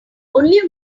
only